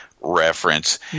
reference